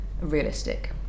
realistic